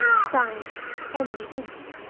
signed emily benton.